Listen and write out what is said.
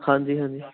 ਹਾਂਜੀ ਹਾਂਜੀ